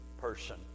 person